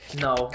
No